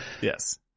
Yes